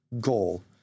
goal